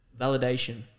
validation